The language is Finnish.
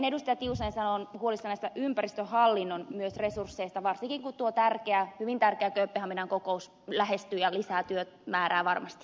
tiusanen sanoi olen myös huolissani ympäristöhallinnon resursseista varsinkin kun hyvin tärkeä kööpenhaminan kokous lähestyy ja lisää työmäärää varmasti